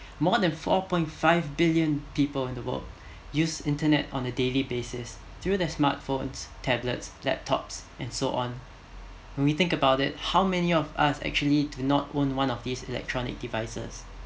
more than four point five billion people in the world use internet on the daily basis through the smart phones tablets laptops and so on we think about it how many of us actually to not own one of these electronic devices